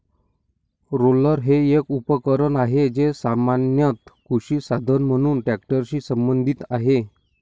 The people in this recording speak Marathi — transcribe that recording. रोलर हे एक उपकरण आहे, जे सामान्यत कृषी साधन म्हणून ट्रॅक्टरशी संबंधित आहे